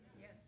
Yes